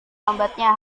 lambatnya